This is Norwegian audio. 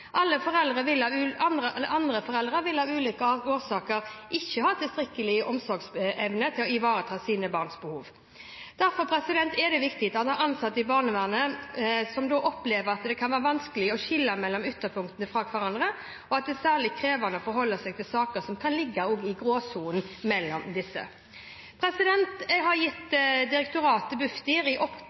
Andre foreldre vil av ulike årsaker ikke ha tilstrekkelig omsorgsevne til å ivareta sine barns behov. Ansatte i barnevernet opplever at det kan være vanskelig å skille disse ytterpunktene fra hverandre, og at det er særlig krevende å forholde seg til saker som ligger i gråsonen mellom disse. Jeg har gitt direktoratet, Bufdir, i